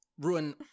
Ruin